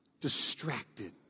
distracted